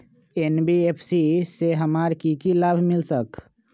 NBFC से हमार की की लाभ मिल सक?